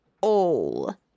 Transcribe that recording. All